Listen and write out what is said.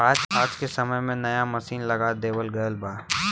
आज के समय में नया मसीन लगा देवल गयल बा